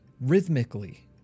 rhythmically